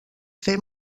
fer